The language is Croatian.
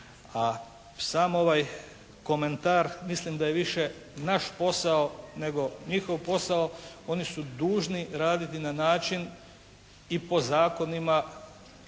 A sam ovaj komentar, mislim da je više naš posao nego njihov posao. Oni su dužni raditi na način i po zakonima,